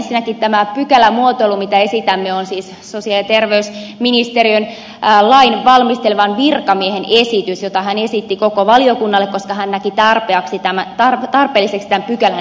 ensinnäkin tämä pykälämuotoilu mitä esitämme on siis sosiaali ja terveysministeriön lakia valmistelevan virkamiehen esitys jota hän esitti koko valiokunnalle koska hän näki tarpeelliseksi tämän pykälän selkeyttämisen